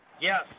Yes